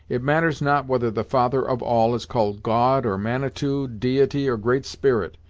it matters not whether the father of all is called god, or manitou, deity or great spirit,